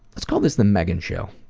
let's call this the megan show.